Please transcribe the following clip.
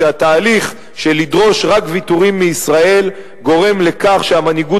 שהתהליך של דרישת ויתורים רק מישראל גורם לכך שהמנהיגות